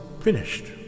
finished